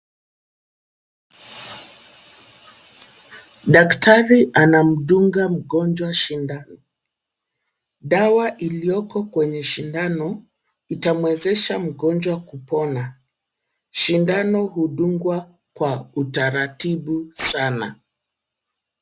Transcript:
Daktari anamdunga mgonjwa sindano. Dawa iliyoko kwenye sindano itamwezesha mgonjwa kupona. Sindano hudungwa kwa utaratibu sana.